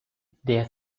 der